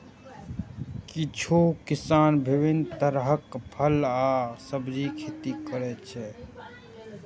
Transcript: किछु किसान विभिन्न तरहक फल आ सब्जीक खेती करै छै